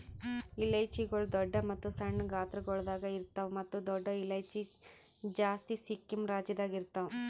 ಇಲೈಚಿಗೊಳ್ ದೊಡ್ಡ ಮತ್ತ ಸಣ್ಣ ಗಾತ್ರಗೊಳ್ದಾಗ್ ಇರ್ತಾವ್ ಮತ್ತ ದೊಡ್ಡ ಇಲೈಚಿ ಜಾಸ್ತಿ ಸಿಕ್ಕಿಂ ರಾಜ್ಯದಾಗ್ ಇರ್ತಾವ್